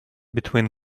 between